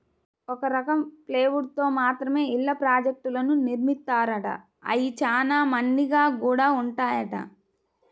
ఒక రకం ప్లైవుడ్ తో మాత్రమే ఇళ్ళ ప్రాజెక్టులను నిర్మిత్తారంట, అయ్యి చానా మన్నిగ్గా గూడా ఉంటాయంట